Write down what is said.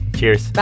Cheers